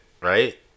right